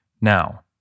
Now